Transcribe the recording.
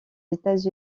états